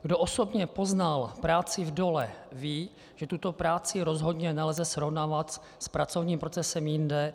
Kdo osobně poznal práci v dolech, ví, že tuto práci rozhodně nelze srovnávat s pracovním procesem jinde.